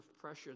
pressure